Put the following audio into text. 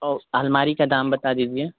और आलमारी का दाम बता दीजिए